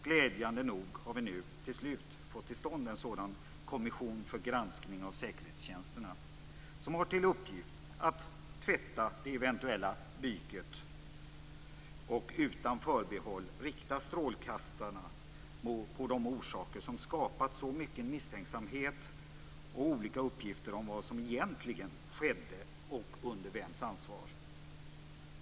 Glädjande nog har vi nu till slut fått till stånd en sådan kommission för granskning av säkerhetstjänsterna som har till uppgift att tvätta det eventuella byket och utan förbehåll rikta strålkastarna på de orsaker som skapat så mycken misstänksamhet och olika uppgifter om vad som egentligen skedde och under vems ansvar.